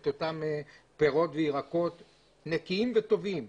את אותם פירות וירקות נקיים וטובים.